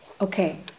okay